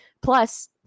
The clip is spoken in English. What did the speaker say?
Plus